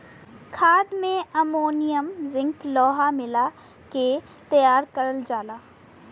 खाद में ammonia zinc लोहा मिला के तैयार करल जाला